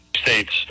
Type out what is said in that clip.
State's